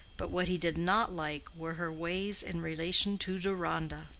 but what he did not like were her ways in relation to deronda.